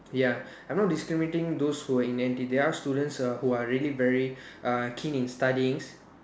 ya I'm not discriminating those who are in N_T there are students uh who are really very uh keen in studying